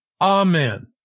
Amen